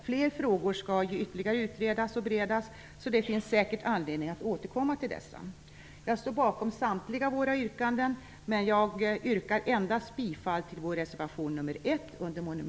Flera frågor skall ju utredas och beredas ytterligare, så det finns säkert anledning att återkomma till dessa. Jag står bakom samtliga våra yrkanden, men jag yrkar endast bifall till vår reservation nr 1 under mom.